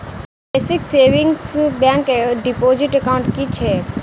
Basic savings bank deposit account की छैक?